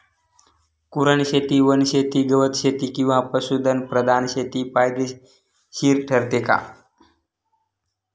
कुरणशेती, वनशेती, गवतशेती किंवा पशुधन प्रधान शेती फायदेशीर ठरते का?